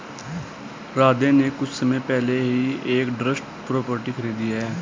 राधे ने कुछ समय पहले ही एक ट्रस्ट प्रॉपर्टी खरीदी है